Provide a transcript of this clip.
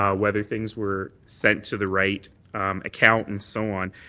um whether things were sent to the right account, and so on.